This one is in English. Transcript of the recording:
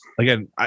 Again